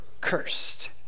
cursed